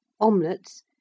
omelettes